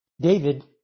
David